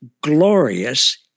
glorious